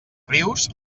rius